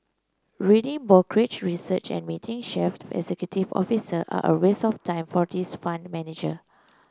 reading brokerage research and meeting chief executive officer are a waste of time for this fund manager